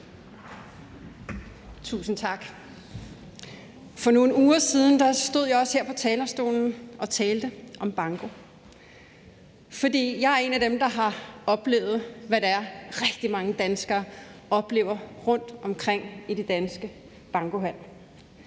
Tusind tak. For nogle uger siden stod jeg også her på talerstolen og talte om banko. For jeg er en af dem, der har oplevet, hvad det er, rigtig mange danskere oplever rundtomkring i de danske bankohaller.